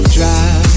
Drive